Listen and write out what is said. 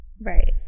Right